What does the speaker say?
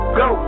go